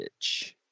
bitch